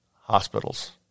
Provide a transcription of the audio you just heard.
hospitals